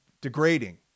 degrading